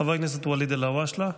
חבר הכנסת ואליד אלהואשלה,